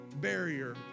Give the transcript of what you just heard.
barrier